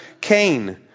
Cain